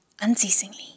unceasingly